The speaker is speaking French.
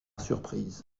surprise